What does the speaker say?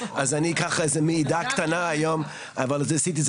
אז אני אקח איזה מעידה קטנה היום אבל עשיתי את